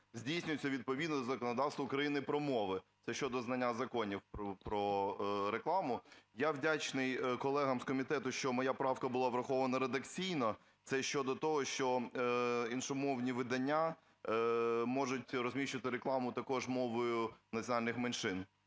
здійснюється відповідно до законодавства України про мови. Це щодо знання законів про рекламу. Я вдячний колегам з комітету, що моя правка була врахована редакційно. Це щодо того, що іншомовні видання можуть розміщувати рекламу також мовою національних меншин.